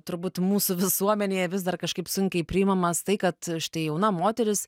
turbūt mūsų visuomenėje vis dar kažkaip sunkiai priimamas tai kad štai jauna moteris